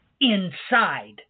inside